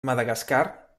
madagascar